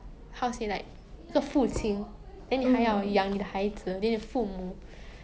mm